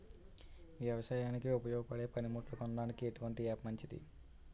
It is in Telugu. వ్యవసాయానికి ఉపయోగపడే పనిముట్లు కొనడానికి ఎటువంటి యాప్ మంచిది?